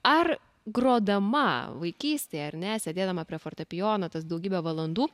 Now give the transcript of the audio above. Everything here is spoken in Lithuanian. ar grodama vaikystėje ar ne sėdėdama prie fortepijono tas daugybę valandų